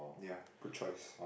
ya good choice